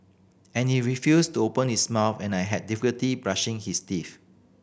and he refused to open his mouth and I had difficulty brushing his teeth